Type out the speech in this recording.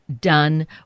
done